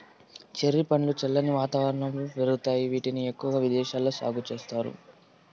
cherry పండ్లు చల్లని వాతావరణంలో పెరుగుతాయి, వీటిని ఎక్కువగా విదేశాలలో సాగు చేస్తారు